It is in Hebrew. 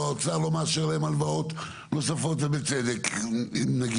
או האוצר לא מאשר להם הלוואות נוספות ובצדק נגיד,